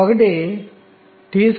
l 2